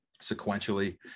sequentially